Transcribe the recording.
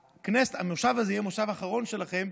שהמושב הזה יהיה המושב האחרון שלכם.